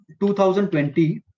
2020